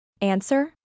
Answer